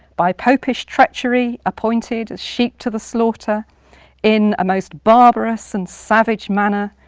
by popish treachery appointed as sheep to the slaughter in a most barbarous and savage manner,